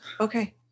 Okay